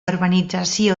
urbanització